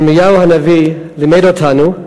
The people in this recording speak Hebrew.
ירמיהו הנביא לימד אותנו: